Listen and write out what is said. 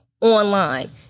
online